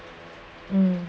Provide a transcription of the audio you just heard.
mm